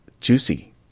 juicy